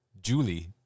Julie